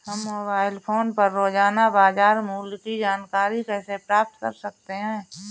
हम mobile phone पर रोजाना बाजार मूल्य की जानकारी कैसे प्राप्त कर सकते हैं?